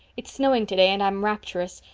it's snowing today, and i'm rapturous.